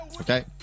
Okay